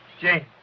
Jane